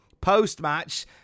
Post-match